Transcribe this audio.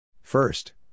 First